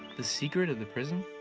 the secret of the prism?